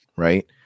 Right